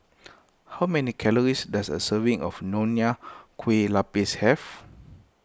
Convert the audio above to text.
how many calories does a serving of Nonya Kueh Lapis have